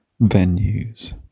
venues